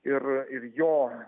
ir ir jo